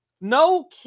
No